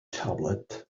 tablet